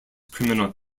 criminal